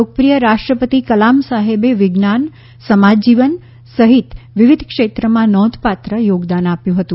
લોકપ્રિય રાષ્ટ્રપતિ કલામ સાહેબે વિજ્ઞાન સમાજજીવન સહિત વિવિધ ક્ષેત્રમાં નોંધપાત્ર યોગદાન આપ્યું હતું